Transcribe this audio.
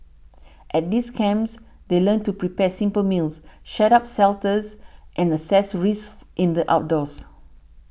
at these camps they learn to prepare simple meals shed up shelters and assess risks in the outdoors